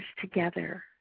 together